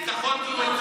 זה היה יותר.